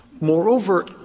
moreover —